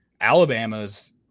Alabama's